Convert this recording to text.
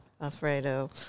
Alfredo